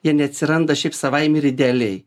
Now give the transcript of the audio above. jie neatsiranda šiaip savaime ir idealiai